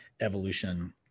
evolution